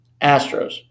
Astros